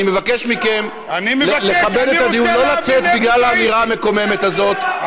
אני מבקש מכם לכבד את הדיון ולא לצאת בגלל האמירה המקוממת הזאת.